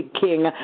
King